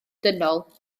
dynol